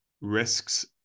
risks